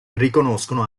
riconoscono